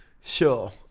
Sure